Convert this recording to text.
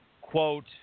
quote